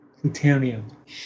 Plutonium